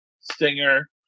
stinger